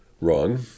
wrong